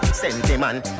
sentiment